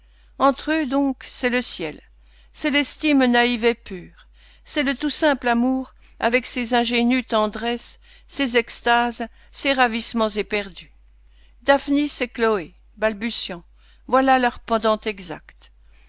entre eux donc c'est le ciel c'est l'estime naïve et pure c'est le tout simple amour avec ses ingénues tendresses ses extases ses ravissements éperdus daphnis et chloé balbutiant voilà leur pendant exact